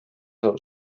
asuv